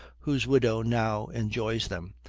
whose widow now enjoys them,